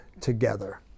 together